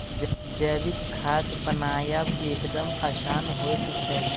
जैविक खाद बनायब एकदम आसान होइत छै